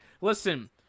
Listen